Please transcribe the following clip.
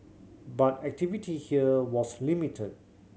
but activity here was limited